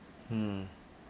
mm